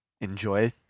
Enjoy